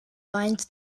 binds